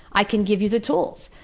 i can give you the tools,